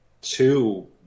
two